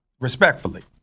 respectfully